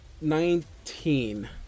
Nineteen